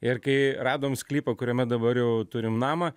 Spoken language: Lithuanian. ir kai radom sklypą kuriame dabar jau turim namą